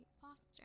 Foster